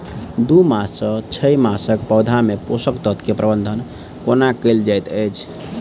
दू मास सँ छै मासक पौधा मे पोसक तत्त्व केँ प्रबंधन कोना कएल जाइत अछि?